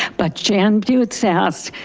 but jan beautz asked,